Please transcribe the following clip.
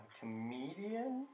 comedian